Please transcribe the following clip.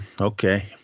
Okay